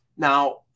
Now